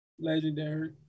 Legendary